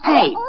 Hey